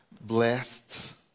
blessed